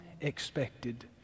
expected